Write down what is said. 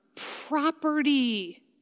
property